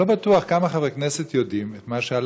ירושלים, הכנסת, שעה